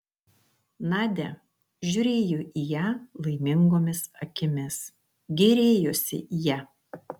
nadia žiūrėjo į ją laimingomis akimis gėrėjosi ja